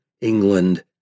England